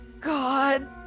God